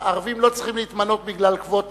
הערבים לא צריכים להתמנות בגלל קווטה,